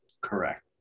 Correct